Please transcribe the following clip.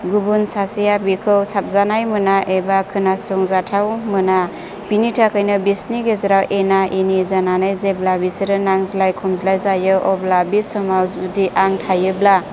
गुबुन सासेया बिखौ साबजानाय मोना एबा खोनासंजाथाव मोना बिनि थाखायनो बिसोरनि गेजेराव एना एनि जानानै जेब्ला बिसोरो नांज्लाय खमज्लाय जायो अब्ला बि समाव जुदि आं थायोब्ला